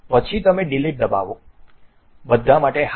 પછી તમે Delete દબાવો બધા માટે હા